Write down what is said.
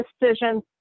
decisions